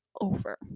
over